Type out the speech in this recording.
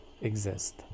exist